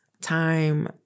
time